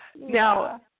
now